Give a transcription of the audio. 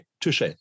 touche